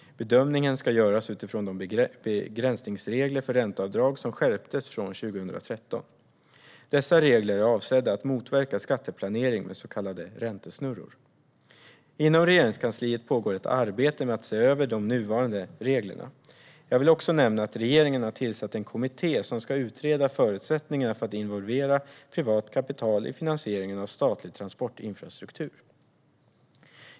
Bedömningen ska göras utifrån de begränsningsregler för ränteavdrag som skärptes från 2013. Dessa regler är avsedda att motverka skatteplanering med så kallade räntesnurror. Inom Regeringskansliet pågår ett arbete med att se över de nuvarande reglerna. Jag vill också nämna att regeringen har tillsatt en kommitté som ska utreda förutsättningarna för att involvera privat kapital i finansieringen av statlig transportinfrastruktur .